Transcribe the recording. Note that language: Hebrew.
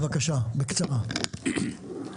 שלום.